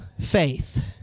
faith